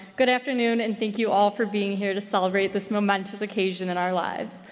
good afternoon and thank you all for being here to celebrate this momentous occasion in our lives.